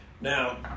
Now